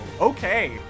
Okay